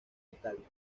italia